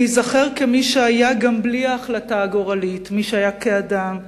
ולהיזכר כמי שהיה, גם בלי ההחלטה הגורלית, כאדם,